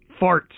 farts